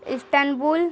Istanbul